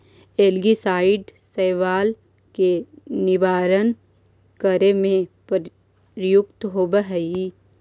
algicide शैवाल के निवारण करे में प्रयुक्त होवऽ हई